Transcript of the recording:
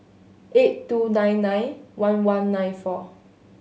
eight two nine nine one one nine four